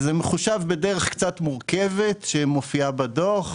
זה מחושב בדרך קצת מורכבת, שמופיעה בדוח.